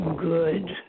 good